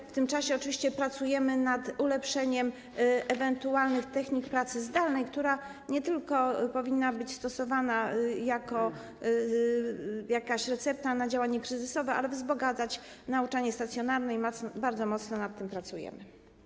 że w tym czasie oczywiście pracujemy nad ulepszeniem ewentualnych technik pracy zdalnej, która nie tylko powinna być stosowana jako jakaś recepta na działanie kryzysowe, ale też powinna wzbogacać nauczanie stacjonarne, i bardzo mocno nad tym pracujemy.